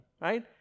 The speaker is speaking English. right